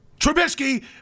Trubisky